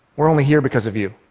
we're only here because of you,